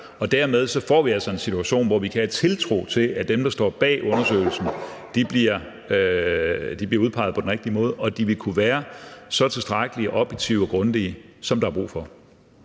og dermed får vi altså en situation, hvor vi kan have tiltro til, at dem, der står bag undersøgelsen, bliver udpeget på den rigtige måde, og at de vil kunne være så tilstrækkeligt objektive og grundige, som der er brug for.